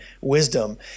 wisdom